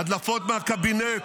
הדלפות בקבינט.